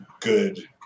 good